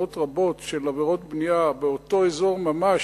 מאות רבות של עבירות בנייה באותו אזור ממש,